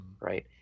right